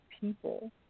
people